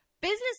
Business